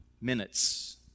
minutes